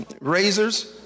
Razors